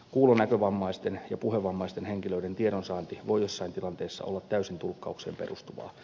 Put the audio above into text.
kuulonäkövammaisten ja puhevammaisten henkilöiden tiedonsaanti voi joissain tilanteissa olla täysin tulkkaukseen perustuvaa